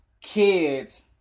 kids